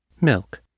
Milk